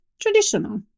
traditional